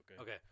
Okay